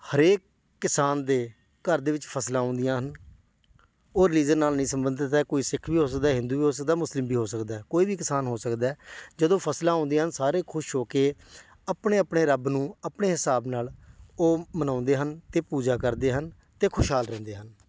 ਹਰੇਕ ਕਿਸਾਨ ਦੇ ਘਰ ਦੇ ਵਿੱਚ ਫ਼ਸਲਾਂ ਆਉਂਦੀਆਂ ਹਨ ਉਹ ਰਲੀਜ਼ਨ ਨਾਲ਼ ਨਹੀਂ ਸੰਬੰਧਿਤ ਹੈ ਕੋਈ ਸਿੱਖ ਵੀ ਹੋ ਸਕਦਾ ਹਿੰਦੂ ਵੀ ਹੋ ਸਕਦਾ ਮੁਸਲਿਮ ਵੀ ਹੋ ਸਕਦਾ ਕੋਈ ਵੀ ਕਿਸਾਨ ਹੋ ਸਕਦਾ ਜਦੋਂ ਫ਼ਸਲਾਂ ਆਉਂਦੀਆਂ ਹਨ ਸਾਰੇ ਖੁਸ਼ ਹੋ ਕੇ ਆਪਣੇ ਆਪਣੇ ਰੱਬ ਨੂੰ ਆਪਣੇ ਹਿਸਾਬ ਨਾਲ਼ ਉਹ ਮਨਾਉਂਦੇ ਹਨ ਅਤੇ ਪੂਜਾ ਕਰਦੇ ਹਨ ਅਤੇ ਖੁਸ਼ਹਾਲ ਰਹਿੰਦੇ ਹਨ